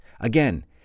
Again